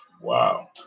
Wow